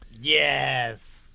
Yes